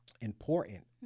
important